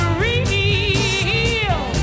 real